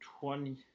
twenty